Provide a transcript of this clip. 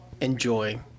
enjoy